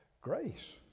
grace